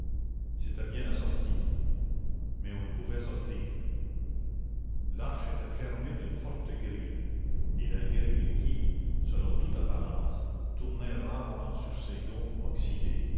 c'était bien la sortie mais on ne pouvait sortir l'arche était fermée d'une forte grille et la grille qui selon toute apparence tournait rarement sur ses gonds